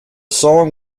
song